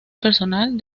personal